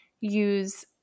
use